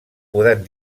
poden